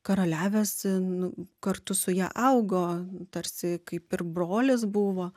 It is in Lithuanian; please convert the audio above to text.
karaliavęs nu kartu su ja augo tarsi kaip ir brolis buvo